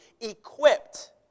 equipped